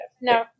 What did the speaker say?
No